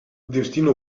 destino